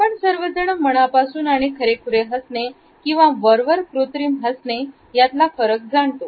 आपण सर्वजण मनापासून आणि खरेखुरे हसणे किंवा वरवर कृत्रिम हसणे यातला फरक जाणतो